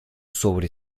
sobre